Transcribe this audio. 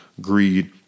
greed